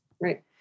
Right